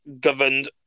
governed